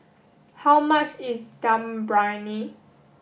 how much is Dum Briyani